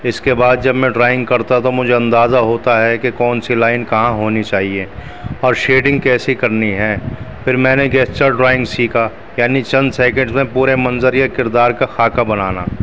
اس کے بعد جب میں ڈرائنگ کرتا تو مجھے اندازہ ہوتا ہے کہ کون سی لائن کہاں ہونی چاہیے اور شیڈنگ کیسی کرنی ہے پھر میں نے گیسچر ڈرائنگ سیکھا یعنی چند سیکنڈس میں پورے منظر یا کردار کا خاکہ بنانا